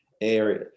area